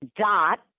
dot